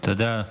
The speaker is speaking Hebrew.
תודה.